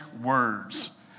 words